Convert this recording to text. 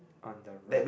on the right